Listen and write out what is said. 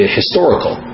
historical